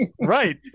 Right